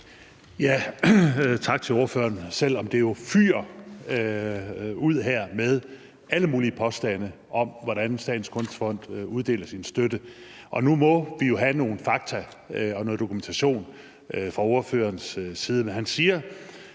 (S): Tak til ordføreren. Det fyger jo ud med alle mulige påstande om, hvordan Statens Kunstfond uddeler sin støtte, og nu må vi have noget fakta og noget dokumentation fra ordførerens side.